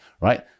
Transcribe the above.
right